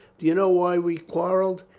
do you know why we quarreled?